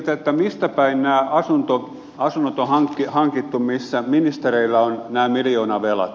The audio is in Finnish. mistä päin nämä asunnot on hankittu missä ministereillä on nämä miljoonavelat